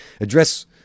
address